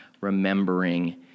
remembering